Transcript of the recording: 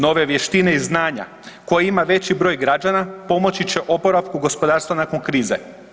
Nove vještine i znanja koje ima veći broj građana pomoći će oporavku gospodarstva nakon krize.